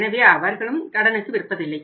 எனவே அவர்கள் கடனுக்கு விற்பதில்லை